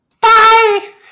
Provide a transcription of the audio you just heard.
Bye